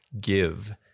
give